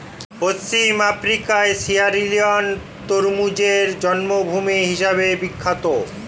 পশ্চিম আফ্রিকার সিয়েরালিওন তরমুজের জন্মভূমি হিসেবে বিখ্যাত